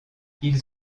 ils